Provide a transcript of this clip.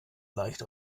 leicht